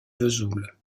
vesoul